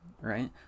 right